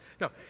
No